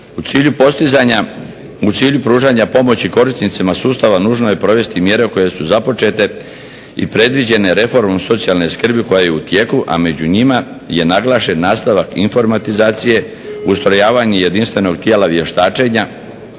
U cilju pružanja pomoći korisnicima sustava nužno je provesti mjere koje su započete i predviđene reformom socijalne skrbi koja je u tijeku, a među njima je naglašen nastavak informatizacije, ustrojavanje jedinstvenog tijela vještačenja,